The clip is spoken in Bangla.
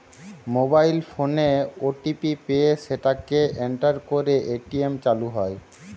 মোবাইল ফোনে ও.টি.পি পেয়ে সেটাকে এন্টার করে এ.টি.এম চালু হয়